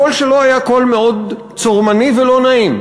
הקול שלו היה קול מאוד צורמני ולא נעים,